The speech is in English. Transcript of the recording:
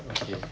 okay